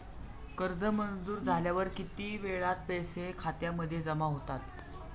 कर्ज मंजूर झाल्यावर किती वेळात पैसे खात्यामध्ये जमा होतात?